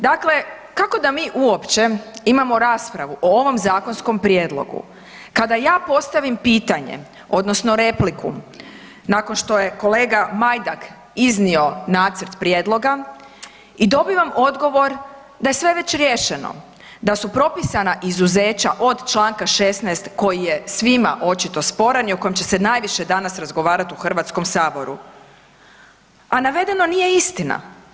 Dakle, kako da mi uopće imamo raspravu o ovom zakonskom prijedlogu kada ja postavim pitanje odnosno repliku nakon što je kolega Majdak iznio nacrt prijedloga i dobivam odgovor da je sve već riješeno, da su propisana izuzeća od čl. 16. koji je svima očito sporan i o kojem će se najviše danas razgovarat u HS, a navedeno nije istina.